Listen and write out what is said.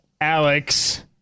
Alex